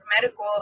medical